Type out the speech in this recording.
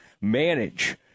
manage